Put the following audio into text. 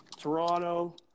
Toronto